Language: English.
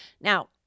Now